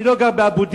אני לא גר באבו-דיס,